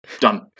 Done